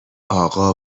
اقا